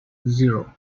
zero